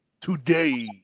today